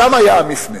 שם היה המפנה,